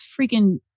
freaking